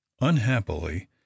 unhappily